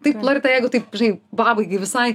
taip loreta jeigu taip žinai pabaigai visai